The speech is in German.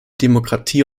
demokratie